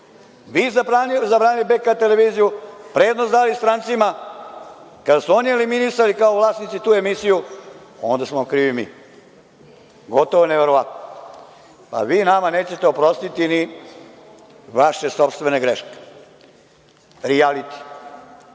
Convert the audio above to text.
Vi zabranili BK televiziju, prednost dali strancima, a kada su oni eliminisali kao vlasnici tu emisiju, onda smo vam krivi mi. Neverovatno. Vi nama nećete oprostiti ni vaše sopstvene greške. Rijaliti.